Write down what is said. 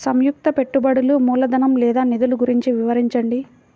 సంయుక్త పెట్టుబడులు మూలధనం లేదా నిధులు గురించి వివరించండి?